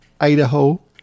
Idaho